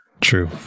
True